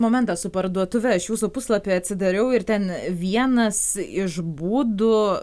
momentas su parduotuve aš jūsų puslapį atsidariau ir ten vienas iš būdų